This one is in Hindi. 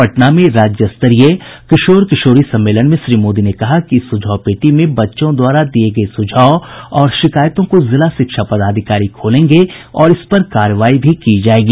पटना में राज्यस्तरीय किशोर किशोरी सम्मेलन में श्री मोदी ने कहा कि इस सुझाव पेटी में बच्चों द्वारा दिये गये सुझाव और शिकायतों को जिला शिक्षा पदाधिकारी खोलेंगे और इस पर कार्रवाई भी की जायेगी